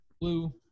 blue